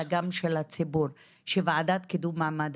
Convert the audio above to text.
אלא גם של הציבור שוועדת קידום מעמד